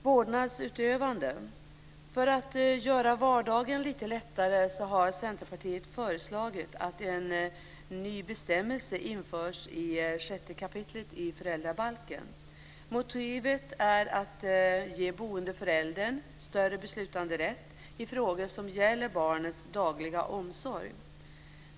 Vårdnadsutövande: För att göra vardagen lite lättare har Centerpartiet föreslagit att en ny bestämmelse införs i 6 kap. i föräldrabalken. Motivet är att ge boendeföräldern större beslutanderätt i frågor som gäller barnets dagliga omsorg.